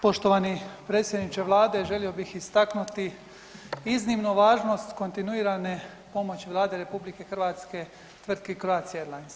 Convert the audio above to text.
Poštovani predsjedniče vlade, želio bi istaknuti iznimnu važnost kontinuirane pomoći Vlade RH tvrtki Croatia airlines.